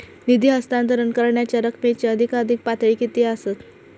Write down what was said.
निधी हस्तांतरण करण्यांच्या रकमेची अधिकाधिक पातळी किती असात?